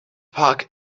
park